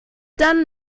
dann